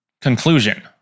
Conclusion